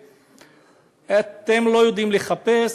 אתם לא יודעים לחפש,